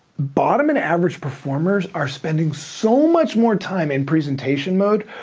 bottom and average performers are spending so much more time in presentation mode,